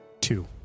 Two